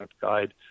guide